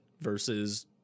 versus